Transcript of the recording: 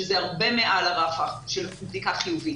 שזה הרבה מעל הרף של בדיקה חיובית.